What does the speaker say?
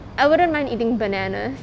I wouldn't mind eating bananas